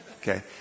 Okay